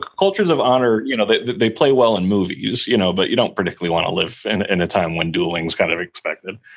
cultures of honor, you know they they play well in movies you know but you don't particularly want to live in in a time when dueling's kind of expected.